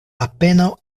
apenaŭ